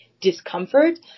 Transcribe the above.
discomfort